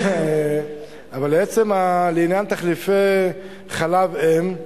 אבל לעניין תחליפי חלב אם,